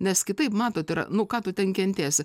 nes kitaip matot yra nu ką tu ten kentėsi